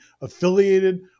affiliated